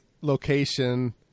location